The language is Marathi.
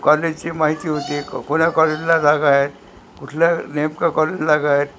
कॉलेजची माहिती होती कोण्या कॉलेजला जागा आहेत कुठल्या नेमकं कॉलेजला जागा आहेत